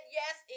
yes